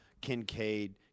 Kincaid